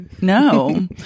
no